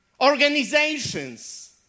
organizations